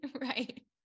Right